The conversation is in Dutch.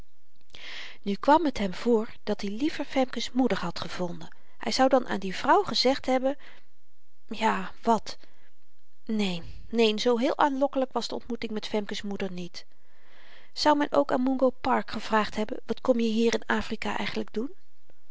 nu kwam t hem voor dat-i liever femke's moeder had gevonden hy zou dan aan die vrouw gezegd hebben ja wat neen neen zoo heel aanlokkelyk was de ontmoeting met femke's moeder niet zou men ook aan mungo park gevraagd hebben wat kom je hier in afrika eigenlyk doen